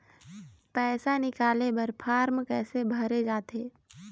पैसा निकाले बर फार्म कैसे भरे जाथे?